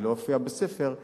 והיא לא הופיעה בספר,